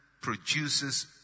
produces